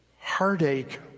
heartache